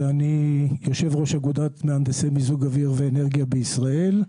ואני יושב ראש אגודת מהנדסי מיזוג האוויר והאנרגיה בישראל.